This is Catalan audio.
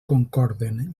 concorden